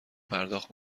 پرداخت